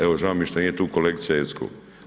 Evo, žao mi je što nije tu kolegice Jeckov.